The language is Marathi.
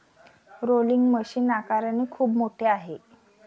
रोलिंग मशीन आकाराने खूप मोठे आहे